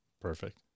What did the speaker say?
Perfect